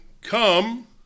Come